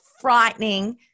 frightening